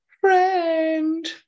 friend